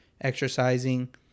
exercising